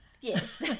Yes